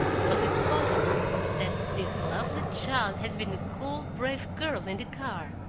was it possible that this lovely child had been the cool, brave girl in the car?